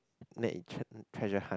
tre~ treasure hunt